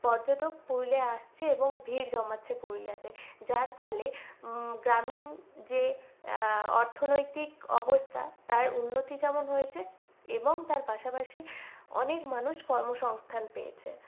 পর্যটক পুরুলিয়ায় আসছে এবং ভিড় জমাচ্ছে পুরুলিয়াতে যার ফলে গ্রামীণ যে অর্থনৈতিক অবস্থা তার উন্নতি যেমন হয়েছে এবং তার পাশাপাশি অনেক মানুষ কর্ম সংস্থান পেয়েছে